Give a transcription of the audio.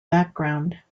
background